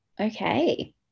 okay